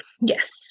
yes